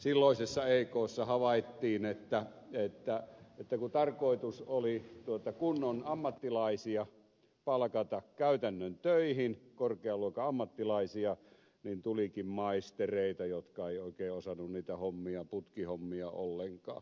silloisessa ekssa havaittiin että kun tarkoitus oli kunnon ammattilaisia palkata käytännön töihin korkean luokan ammattilaisia niin tulikin maistereita jotka eivät oikein osanneet niitä putkihommia ollenkaan